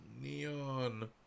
neon